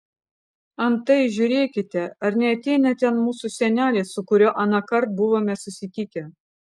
antai žiūrėkite ar neateina ten mūsų senelis su kuriuo anąkart buvome susitikę